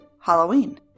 Halloween